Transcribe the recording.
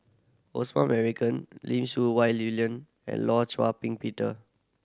Osman Merican Lim Siew Wai William and Law Char Ping Peter